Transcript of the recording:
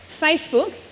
Facebook